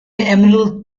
emerald